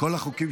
כל החוקים